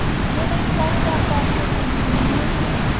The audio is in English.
will they swallow that falsehood ignominiously,